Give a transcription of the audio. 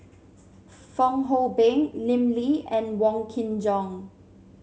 Fong Hoe Beng Lim Lee and Wong Kin Jong